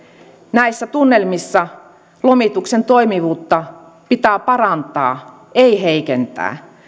näissä tunnelmissa lomituksen toimivuutta pitää parantaa ei heikentää